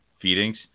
feedings